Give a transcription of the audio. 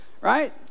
right